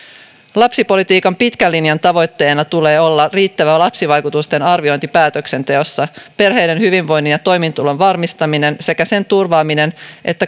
lapsipolitiikan pitkän linjan tavoitteena tulee olla riittävä lapsivaikutusten arviointi päätöksenteossa perheiden hyvinvoinnin ja toimeentulon varmistaminen sekä sen turvaaminen että